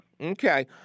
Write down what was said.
Okay